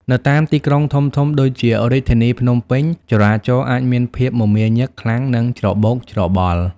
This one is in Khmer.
នៅតាមទីក្រុងធំៗដូចជារាជធានីភ្នំពេញ ចរាចរណ៍អាចមានភាព មមាញឹក ខ្លាំង និងច្របូកច្របល់។